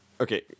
Okay